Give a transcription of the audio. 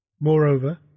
Moreover